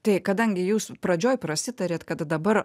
tai kadangi jūs pradžioj prasitarėt kad dabar